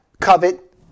covet